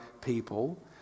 people